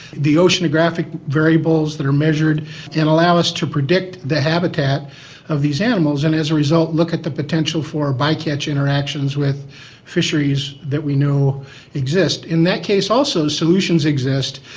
the oceanographic variables that are measured and allow us to predict the habitat of these animals, and as a result look at the potential for by-catch interactions with fisheries that we know exist. in that case also solutions exist.